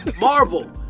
Marvel